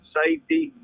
safety